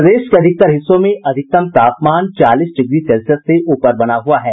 प्रदेश के अधिकतर हिस्सों में अधिकतम तापमान चालीस डिग्री सेल्सियस से ऊपर बना हुआ है